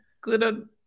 good